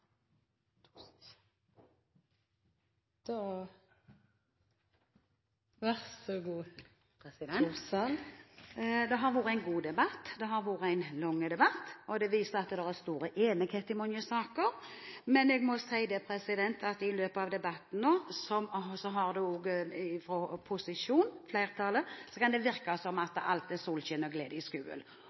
Det har vært en god debatt. Det har vært en lang debatt, og den viser at det er stor enighet i mange saker. Men jeg må si at i løpet av debatten har det virket som om posisjonen, flertallet, mener at alt er solskinn og glede i skolen. Meldingen viser at det ikke er det, og